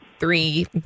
three